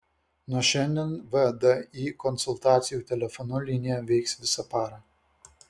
nuo šiandien vdi konsultacijų telefonu linija veiks visą parą